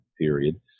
period